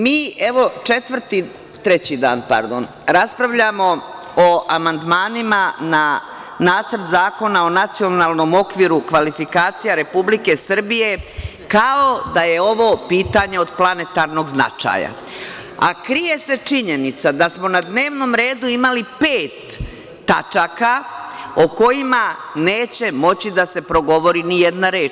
Treći dan raspravljamo o amandmanima na Nacrt zakona o Nacionalnom okviru kvalifikacija Republike Srbije, kao da je ovo pitanje od planetarnog značaja, a krije se činjenica da smo na dnevnom redu imali pet tačaka o kojima neće moći da se progovori ni jedna reč.